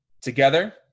together